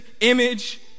image